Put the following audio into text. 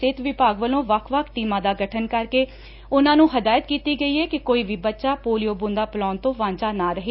ਸਿਹਤ ਵਿਭਾਗ ਵੱਲੋਂ ਵੱਖ ਵੱਖ ਟੀਮਾਂ ਦਾ ਗਠਨ ਕਰਕੇ ਉਨੂਾ ਨੂੰ ਹਦਾਇਤ ਕੀਤੀ ਗਈ ਏ ਕਿ ਕੋਈ ਵੀ ਬੱਚਾ ਪੋਲਿਓ ਬੂੰਦਾਂ ਪਿਲਾਉਣ ਤੋਂ ਵਾਂਝਾ ਨਾ ਰਹੇ